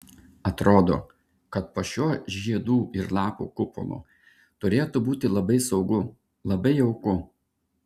atrodo kad po šiuo žiedų ir lapų kupolu turėtų būti labai saugu labai jauku